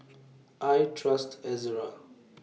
I Trust Ezerra